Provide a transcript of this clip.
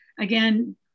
Again